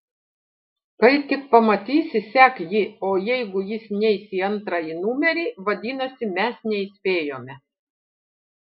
kai tik pamatysi sek jį o jeigu jis neis į antrąjį numerį vadinasi mes neįspėjome